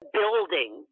building